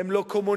הם לא קומוניסטים,